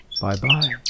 Bye-bye